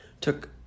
took